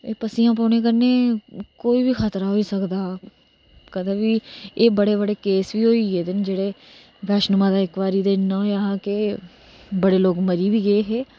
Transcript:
पस्सियां पौने कन्नै कोई बी खतरा होई सकदा कदें बी एह् बडे़ बडे़ केस बी होई गेदे न जेहडे़ बैष्णो माता इक बारी बडे़ लोग मरी बे गे हे